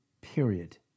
period